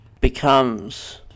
becomes